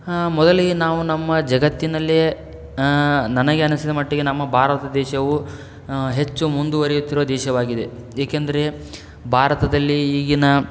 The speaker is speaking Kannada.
ಹಾಂ ಮೊದಲಿಗೆ ನಾವು ನಮ್ಮ ಜಗತ್ತಿನಲ್ಲೇ ನನಗೆ ಅನಸಿದ ಮಟ್ಟಿಗೆ ನಮ್ಮ ಭಾರತ ದೇಶವು ಹೆಚ್ಚು ಮುಂದುವರಿಯುತ್ತಿರುವ ದೇಶವಾಗಿದೆ ಏಕೆಂದರೆ ಭಾರತದಲ್ಲಿ ಈಗಿನ